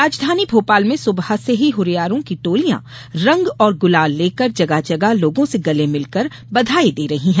राजधानी भोपाल में सुबह से ही हरियारों की टोलियां रंग और गुलाल लेकर जगह जगह लोगों से गले मिल कर बधाई दे रहे है